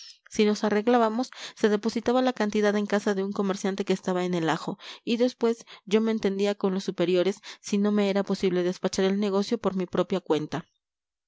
si nos arreglábamos se depositaba la cantidad en casa de un comerciante que estaba en el ajo y después yo me entendía con los superiores si no me era posible despachar el negocio por mi propia cuenta